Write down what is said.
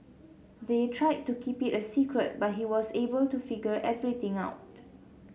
they tried to keep it a secret but he was able to figure everything out